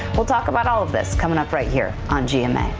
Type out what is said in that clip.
we'll talk about all of this coming up right here on gma. ah